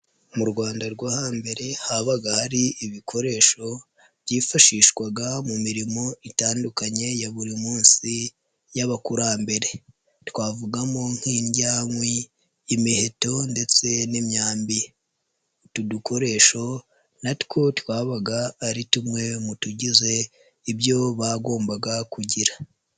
Mu Rwanda rwo hambere habaga hari ibikoresho byifashishwaga mu mirimo itandukanye ya buri munsi y'abakurambere twavugamo nk'indyankwi, imiheto ndetse n'imyambi utu dukoresho natwo twabaga ari tumwe mu tugize ibyo bagombaga kugira.